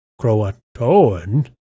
Croatoan